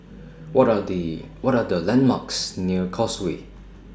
What Are The What Are The landmarks near Causeway